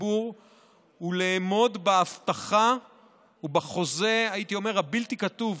ציבור ולעמוד בהבטחה ובחוזה הבלתי-כתוב,